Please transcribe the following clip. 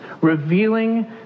revealing